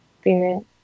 spirit